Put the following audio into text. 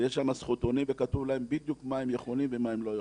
יש שם זכותונים וכתוב להם בדיוק מה הם יכולים ומה הם לא יכולים,